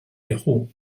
yahoo